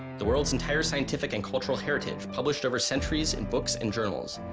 the world's entire scientific and cultural heritage, published over centuries in books and journals,